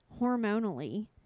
Hormonally